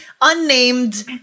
unnamed